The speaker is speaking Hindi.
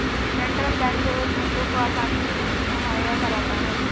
सेंट्रल बैंक जरूरतमंदों को आसानी से ऋण मुहैय्या कराता है